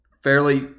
fairly